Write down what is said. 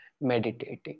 meditating